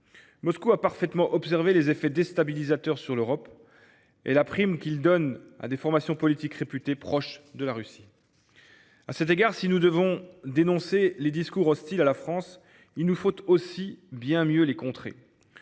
Moscou a parfaitement observé les effets déstabilisateurs sur l’Europe de tels phénomènes, ainsi que la prime électorale qu’ils offrent à des formations politiques réputées proches de la Russie. À cet égard, si nous devons dénoncer les discours hostiles à la France, il nous faut aussi bien mieux les contrer.